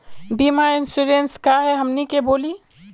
बीमा इंश्योरेंस का है हमनी के बोली?